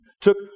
took